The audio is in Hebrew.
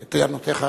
טענותיך.